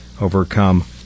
overcome